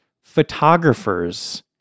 photographers